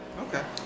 Okay